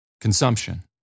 Consumption